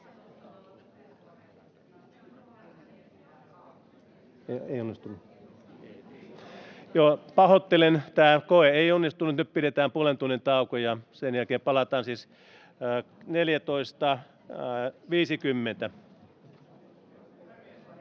Pahoittelen. Tämä koe ei onnistunut. Nyt pidetään puolen tunnin tauko, ja palataan siis kello